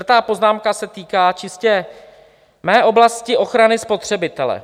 Čtvrtá poznámka se týká čistě mé oblasti ochrany spotřebitele.